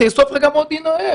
תאסוף מודיעין מהאויב,